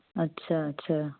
अच्छा अच्छा